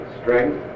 strength